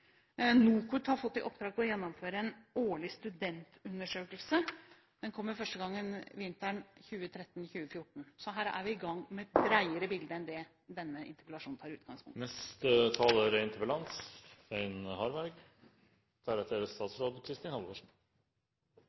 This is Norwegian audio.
NOKUT har fått i oppdrag å gjennomføre en årlig studentundersøkelse. Den kommer første gang vinteren 2013/2014. Så vi er i gang med en bredere gjennomgang enn det denne interpellasjonen tar utgangspunkt i. Takk til statsråden for svaret. Det er åpenbart at vi har noen felles bekymringer. Det